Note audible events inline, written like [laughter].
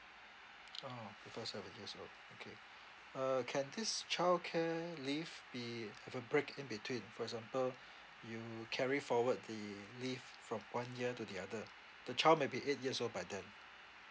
[noise] ah before seven years old okay uh can this childcare leave be have a break in between for example you carry forward the leave from one year to the other the child may be eight years old by then